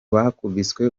bakubise